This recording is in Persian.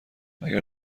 اگر